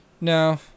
No